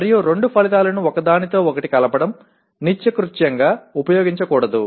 మరియు రెండు ఫలితాలను ఒకదానితో ఒకటి కలపడం నిత్యకృత్యంగా ఉపయోగించకూడదు